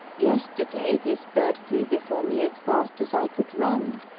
yesterday, this bird flew before me as fast as i could run,